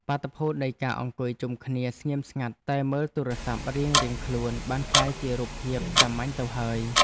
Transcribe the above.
បាតុភូតនៃការអង្គុយជុំគ្នាស្ងៀមស្ងាត់តែមើលទូរស័ព្ទរៀងៗខ្លួនបានក្លាយជារូបភាពសាមញ្ញទៅហើយ។